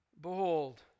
Behold